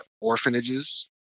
orphanages